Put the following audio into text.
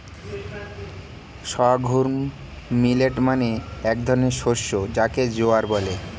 sorghum millet মানে এক ধরনের শস্য যাকে জোয়ার বলে